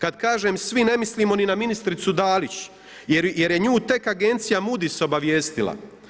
Kad kažem svi, ne mislimo ni na ministricu Dalić jer je nju tek agencija Moody's obavijestila.